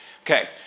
Okay